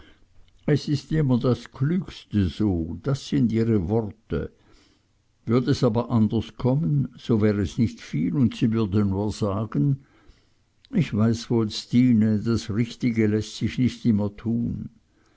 es ist immer das klügste so das sind ihre worte würd es aber anders kommen so wär es nicht viel und sie würde nur sagen ich weiß wohl stine das richtige läßt sich nicht immer tun